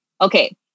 okay